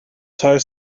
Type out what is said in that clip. tie